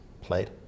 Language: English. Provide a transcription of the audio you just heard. played